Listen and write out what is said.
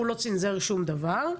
הוא צינזר שום דבר.